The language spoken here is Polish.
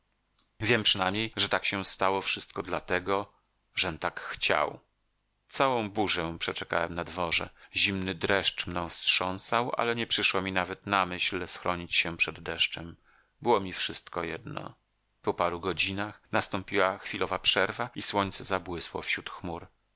wiem przynajmniej że tak się stało wszystko dlatego żem tak chciał całą burzę przeczekałem na dworze zimny dreszcz mną wstrząsał ale nie przyszło mi nawet na myśl schronić się przed deszczem było mi wszystko jedno po paru godzinach nastąpiła chwilowa przerwa i słońce zabłysło wśród chmur